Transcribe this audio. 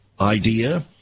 idea